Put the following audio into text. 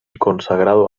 consagrado